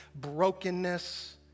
brokenness